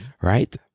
Right